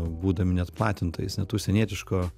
būdami net platintojais net užsienietiško